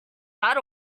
that